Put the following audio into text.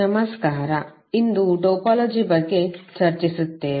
ನಮಸ್ಕಾರ ಇಂದು ಟೋಪೋಲಜಿ ಬಗ್ಗೆ ಚರ್ಚಿಸುತ್ತೇವೆ